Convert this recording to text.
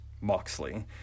Moxley